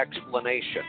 explanation